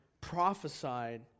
prophesied